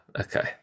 Okay